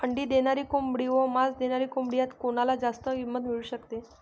अंडी देणारी कोंबडी व मांस देणारी कोंबडी यात कोणाला जास्त किंमत मिळू शकते?